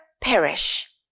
perish